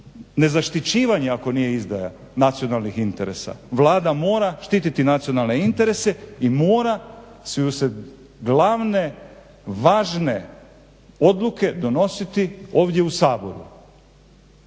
nezaštićivanje ako nije izdaja nacionalnih interesa, Vlada mora štititi nacionalne interese i moraju se glavne važne odluke donositi ovdje u Saboru.